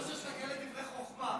שומע אותך אומר דברי חוכמה,